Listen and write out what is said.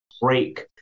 break